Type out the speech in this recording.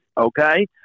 okay